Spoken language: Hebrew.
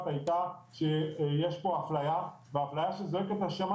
הייתה שיש פה אפליה ואפליה שזועקת לשמים,